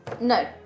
No